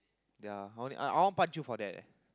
ya I I want to punch you for that leh